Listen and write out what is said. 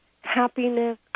happiness